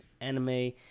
anime